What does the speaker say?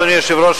אדוני היושב-ראש,